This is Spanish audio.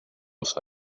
los